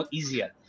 easier